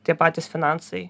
tie patys finansai